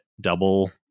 double